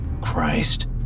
Christ